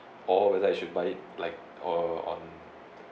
or whether I should buy it like or on